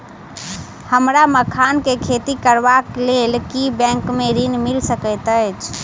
हमरा मखान केँ खेती करबाक केँ लेल की बैंक मै ऋण मिल सकैत अई?